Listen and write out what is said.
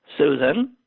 Susan